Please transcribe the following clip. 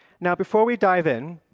now before we dive in,